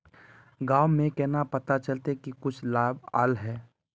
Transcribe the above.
गाँव में केना पता चलता की कुछ लाभ आल है?